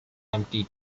empty